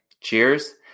Cheers